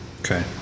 Okay